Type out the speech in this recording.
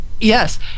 Yes